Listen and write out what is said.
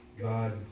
God